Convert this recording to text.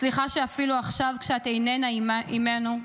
סליחה שאפילו עכשיו, כשאת איננה עימנו,